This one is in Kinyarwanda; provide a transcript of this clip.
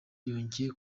yongeye